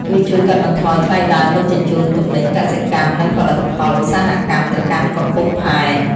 វាជួយកាត់បន្ថយថ្លៃដើមដឹកជញ្ជូនទំនិញកសិកម្មនិងផលិតផលឧស្សាហកម្មទៅកាន់កំពង់ផែ។